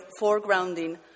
foregrounding